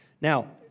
Now